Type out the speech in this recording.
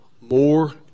more